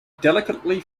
delicately